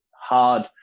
hard